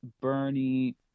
Bernie